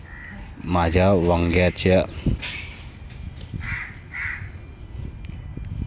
माझ्या वांग्याच्या पिकामध्ये बुरोगाल लक्षणे कोणती आहेत?